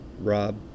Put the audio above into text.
Rob